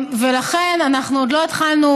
אנחנו עוד התחלנו,